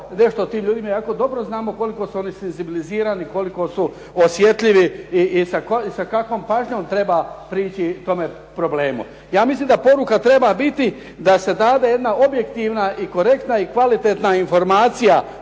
nešto tim ljudima, iako dobro znamo koliko su oni senzibilizirani, koliko su osjetljivi i sa kakvom pažnjom treba prići tome problemu. Ja mislim da poruka treba biti, da se dade jedna objektivna i korektna i kvalitetna informacija